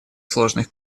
сложных